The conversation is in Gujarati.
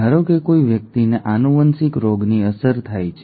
ધારો કે કોઈ વ્યક્તિને આનુવંશિક રોગની અસર થાય છે